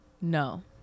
No